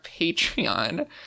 Patreon